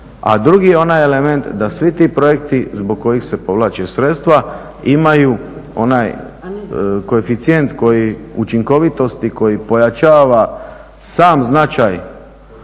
a drugi je onaj element da svi projekti zbog kojih se povlače sredstva imaju onaj koeficijent učinkovitosti koji pojačava sam značaj